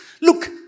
Look